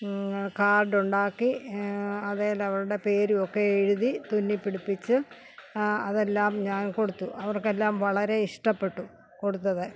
കാർഡൊണ്ടാക്കി അതേലവരുടെ പേരുമൊക്കെ എഴുതി തുന്നിപ്പിടിപ്പിച്ച് അതെല്ലാം ഞാൻ കൊടുത്തു അവർക്കെല്ലാം വളരെ ഇഷ്ടപ്പെട്ടു കൊടുത്തത്